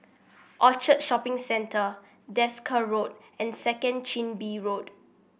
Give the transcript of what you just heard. Orchard Shopping Centre Desker Road and Second Chin Bee Road